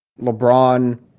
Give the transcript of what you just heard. LeBron